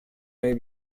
may